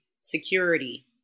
security